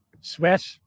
Sweat